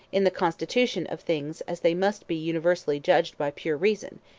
in the constitution of things as they must be universally judged by pure reason,